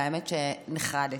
והאמת שנחרדתי.